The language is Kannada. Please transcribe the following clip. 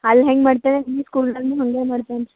ಅಲ್ಲಿ ಹೆಂಗೆ ಮಾಡ್ತಾನೆ ಇಲ್ಲು ಸ್ಕೂಲಿನಾಗು ಹಾಗೇ ಮಾಡ್ತಾನೆ ರೀ